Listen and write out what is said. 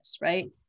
right